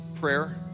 prayer